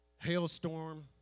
hailstorm